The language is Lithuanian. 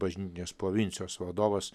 bažnytinės provincijos vadovas